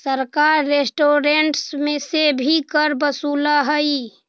सरकार रेस्टोरेंट्स से भी कर वसूलऽ हई